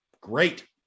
great